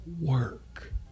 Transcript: work